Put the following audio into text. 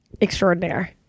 extraordinaire